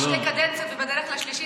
רק שתי קדנציות ובדרך לשלישית,